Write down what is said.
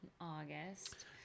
August